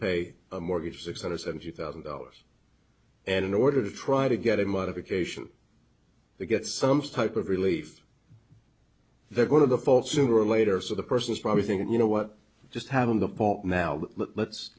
pay a mortgage six hundred seventy thousand dollars and in order to try to get a modification they get some stock of relief they're going to the fall sooner or later so the person is probably thinking you know what just happened the point now let's